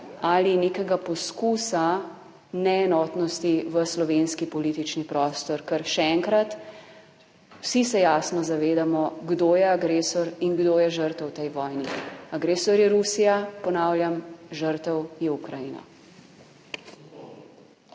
ali nekega poskusa neenotnosti v slovenski politični prostor, ker, še enkrat, vsi se jasno zavedamo, kdo je agresor in kdo je žrtev v tej vojni, agresor je Rusija, ponavljam, žrtev je Ukrajina.